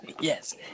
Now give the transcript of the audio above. Yes